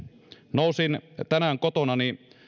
nousin tänään kotonani